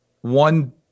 one